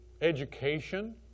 education